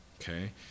Okay